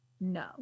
No